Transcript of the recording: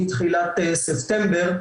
מתחילת ספטמבר,